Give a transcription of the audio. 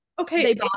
okay